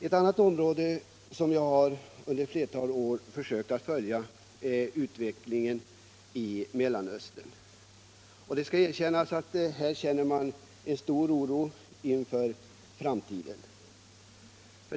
Ett annat område som jag under ett flertal år har försökt att följa utvecklingen i är Mellanöstern. Jag skall erkänna att jag hyser stor oro för det områdets framtid.